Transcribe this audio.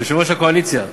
יושב-ראש הקואליציה,